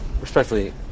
Respectfully